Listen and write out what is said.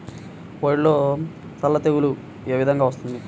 వరిలో సల్ల తెగులు ఏ విధంగా వస్తుంది?